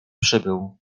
przybył